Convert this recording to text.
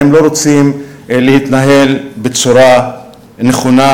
והם לא רוצים להתנהל בצורה נכונה,